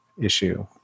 issue